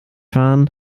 fahren